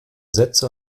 sätze